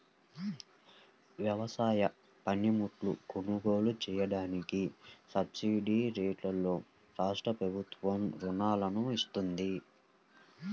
వ్యవసాయ పనిముట్లు కొనుగోలు చెయ్యడానికి సబ్సిడీరేట్లలో రాష్ట్రప్రభుత్వం రుణాలను ఇత్తంది